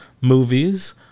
movies